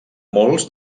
molts